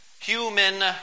human